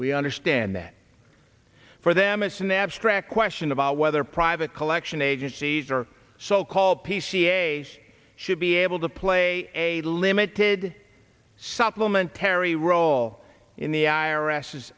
we understand that for them it's an abstract question about whether private collection agencies or so called p c a should be able to play a limited supplement perry role in the i